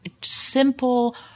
simple